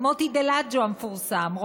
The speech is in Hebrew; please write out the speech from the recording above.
מוטי דלג'ו המפורסם,